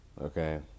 okay